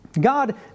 God